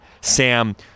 Sam